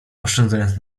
oszczędzając